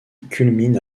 culmine